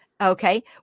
Okay